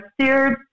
steered